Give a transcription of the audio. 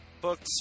books